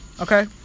Okay